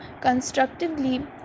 constructively